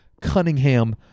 Cunningham